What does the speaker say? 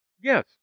Yes